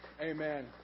Amen